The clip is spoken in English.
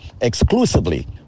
exclusively